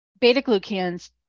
beta-glucans